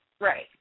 Right